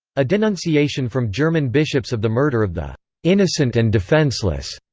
a denunciation from german bishops of the murder of the innocent and defenceless,